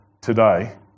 today